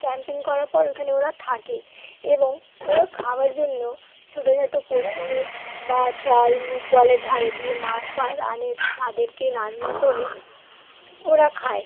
camping করার পর ওইখানে ওরা থাকে এবং ওরা খাওয়ার জন্য ছোট ছোট পশু বা জল জলের ধারে দিয়ে মাছ ফাচ আনে তাদেরকে রান্না করে ওরা খায়